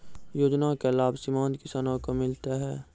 योजना का लाभ सीमांत किसानों को मिलता हैं?